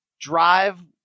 drive